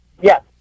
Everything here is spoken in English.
Yes